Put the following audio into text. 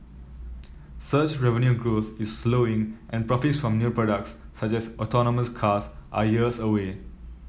search revenue growth is slowing and profits from new products such as autonomous cars are years away